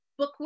bookwork